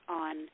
on